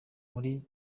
muri